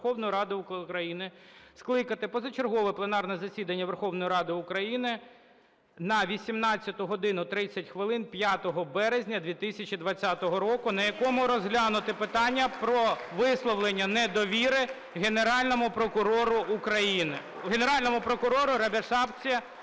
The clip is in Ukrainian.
Верховної Ради України скликати позачергове пленарне засідання Верховної Ради України на 18 годину 30 хвилин 5 березня 2020 року, на якому розглянути питання про висловлення недовіри Генеральному прокурору України...